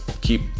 keep